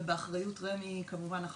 ובאחריות רשות מקרקעי ישראל כמובן,